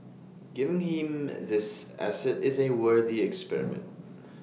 giving him these assets is A worthy experiment